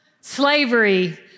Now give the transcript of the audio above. slavery